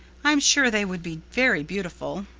i'm sure they would be very beautiful.